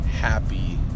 Happy